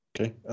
Okay